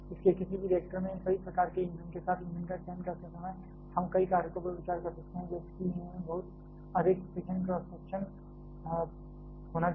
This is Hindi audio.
इसलिए किसी भी रिएक्टर में इन सभी प्रकार के ईंधन के साथ ईंधन का चयन करते समय हम कई कारकों पर विचार कर सकते हैं जैसे कि ईंधन में बहुत अधिक फिशन क्रॉस सेक्शन होना चाहिए